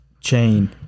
chain